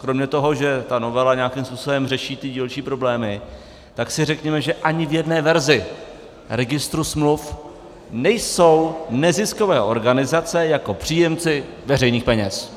Kromě toho, že ta novela nějakým způsobem řeší dílčí problémy, tak si řekněme, že v ani jedné verzi registru smluv nejsou neziskové organizace jako příjemci veřejných peněz.